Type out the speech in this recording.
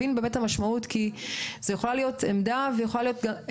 המשמעות, כי יכולה להיות גם עמדה הפוכה.